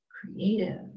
creative